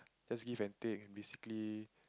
just give and take basically